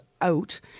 out